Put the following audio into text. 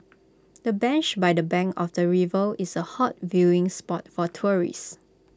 the bench by the bank of the river is A hot viewing spot for tourists